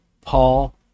Paul